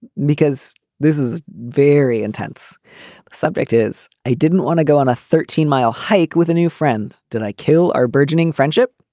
because this is a very intense subject is i didn't want to go on a thirteen mile hike with a new friend. did i kill our burgeoning friendship,